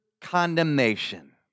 condemnation